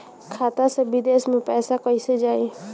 खाता से विदेश मे पैसा कईसे जाई?